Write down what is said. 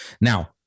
now